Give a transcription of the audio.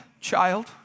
child